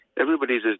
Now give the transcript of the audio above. everybody's